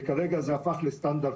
הוא יותר מדבק מדלתא, נכון?